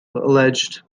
alleged